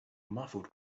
muffled